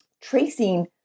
tracing